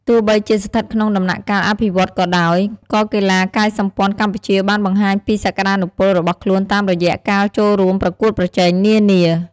ទោះបីជាស្ថិតក្នុងដំណាក់កាលអភិវឌ្ឍន៍ក៏ដោយ ក៏កីឡាកាយសម្ព័ន្ធកម្ពុជាបានបង្ហាញពីសក្ដានុពលរបស់ខ្លួនតាមរយៈការចូលរួមប្រកួតប្រជែងនានា។